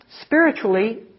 spiritually